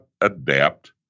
adapt